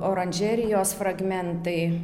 oranžerijos fragmentai